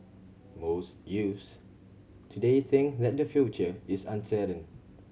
most youths today think that the future is uncertain